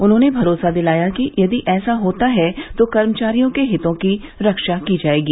उन्होंने भरोसा दिलाया कि यदि ऐसा होता है तो कर्मचारियों के हितों की रक्षा की जायेगी